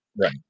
Right